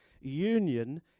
union